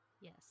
Yes